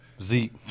Zeke